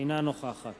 אינה נוכחת